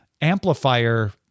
amplifier